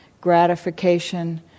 gratification